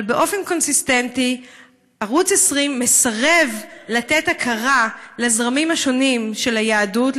אבל באופן קונסיסטנטי ערוץ 20 מסרב לתת הכרה לזרמים השונים של היהדות,